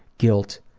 guilt,